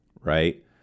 right